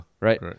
Right